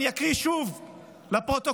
אני אקריא שוב לפרוטוקול